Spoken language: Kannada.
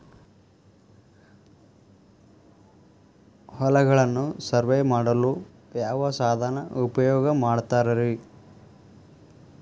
ಹೊಲಗಳನ್ನು ಸರ್ವೇ ಮಾಡಲು ಯಾವ ಸಾಧನ ಉಪಯೋಗ ಮಾಡ್ತಾರ ರಿ?